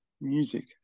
music